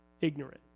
ignorant